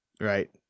Right